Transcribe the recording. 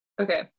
okay